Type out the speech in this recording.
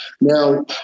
now